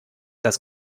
das